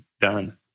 done